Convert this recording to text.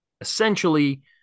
Essentially